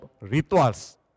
rituals